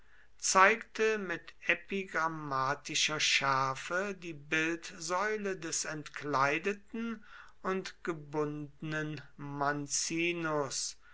zeigte mit epigrammatischer schärfe die bildsäule des entkleideten und gebundenen